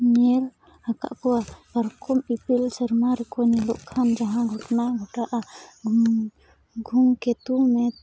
ᱧᱮᱞ ᱟᱠᱟᱫ ᱠᱚᱣᱟ ᱯᱟᱨᱠᱚᱢ ᱤᱯᱤᱞ ᱥᱮᱨᱢᱟᱨᱮᱠᱚ ᱧᱮᱞᱚᱜ ᱠᱷᱟᱱ ᱡᱟᱦᱟᱸ ᱜᱷᱚᱴᱚᱱᱟ ᱜᱷᱚᱴᱟᱜᱼᱟ ᱫᱷᱩᱢᱠᱮᱛᱩ